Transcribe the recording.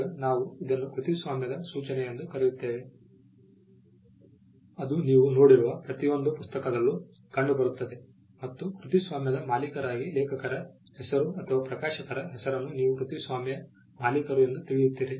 ಈಗ ನಾವು ಇದನ್ನು ಕೃತಿಸ್ವಾಮ್ಯದ ಸೂಚನೆ ಎಂದು ಕರೆಯುತ್ತೇವೆ ಅದು ನೀವು ನೋಡಿರುವ ಪ್ರತಿಯೊಂದು ಪುಸ್ತಕದಲ್ಲೂ ಕಂಡುಬರುತ್ತದೆ ಮತ್ತು ಕೃತಿಸ್ವಾಮ್ಯದ ಮಾಲೀಕರಾಗಿ ಲೇಖಕರ ಹೆಸರು ಅಥವಾ ಪ್ರಕಾಶಕರ ಹೆಸರನ್ನು ನೀವು ಕೃತಿಸ್ವಾಮ್ಯ ಮಾಲೀಕರು ಎಂದು ತಿಳಿಯುತ್ತೀರಿ